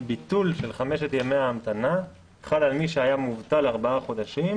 הביטול של חמשת ימי ההמתנה חל על מי שהיה מובטל ארבעה חודשים,